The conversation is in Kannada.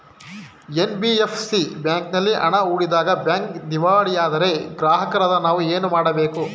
ಎನ್.ಬಿ.ಎಫ್.ಸಿ ಬ್ಯಾಂಕಿನಲ್ಲಿ ಹಣ ಹೂಡಿದಾಗ ಬ್ಯಾಂಕ್ ದಿವಾಳಿಯಾದರೆ ಗ್ರಾಹಕರಾದ ನಾವು ಏನು ಮಾಡಬೇಕು?